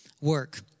work